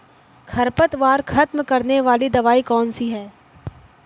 खरपतवार खत्म करने वाली दवाई कौन सी है?